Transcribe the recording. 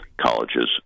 colleges